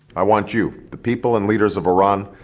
i want you, the people and leaders of iran,